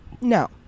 No